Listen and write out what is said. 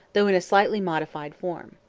though in a slightly modified form.